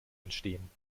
entstehen